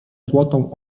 złotą